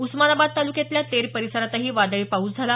उस्मानाबाद तालुक्यातल्या तेर परिसरातही वादळी पाऊस झाला